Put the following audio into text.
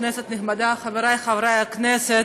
כנסת נכבדה, חבריי חברי הכנסת,